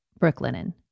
Brooklinen